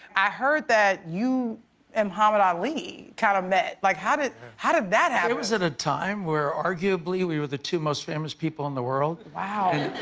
i heard that you and mohammad ali kind of met. like how did how did that happen? it was at a time where arguably we were the two most famous people in the world. ah